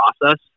process